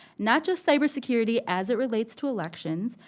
not just cybersecurity as it relates to elections,